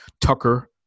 Tucker